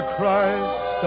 Christ